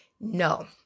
no